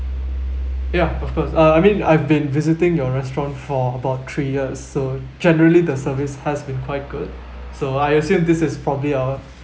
ya of course uh I mean I've been visiting your restaurant for about three years so generally the service has been quite good so I assume this is probably a